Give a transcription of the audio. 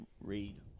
read